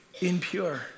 impure